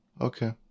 Okay